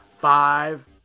Five